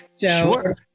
Sure